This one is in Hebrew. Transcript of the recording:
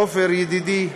עפר ידידי,